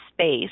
space